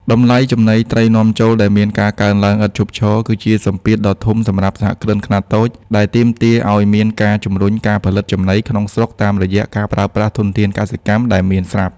តម្លៃចំណីត្រីនាំចូលដែលមានការកើនឡើងឥតឈប់ឈរ គឺជាសម្ពាធដ៏ធំសម្រាប់សហគ្រិនខ្នាតតូច ដែលទាមទារឱ្យមានការជំរុញការផលិតចំណីក្នុងស្រុកតាមរយៈការប្រើប្រាស់ធនធានកសិកម្មដែលមានស្រាប់។